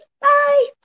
Bye